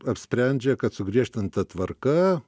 apsprendžia kad sugriežtinta tvarka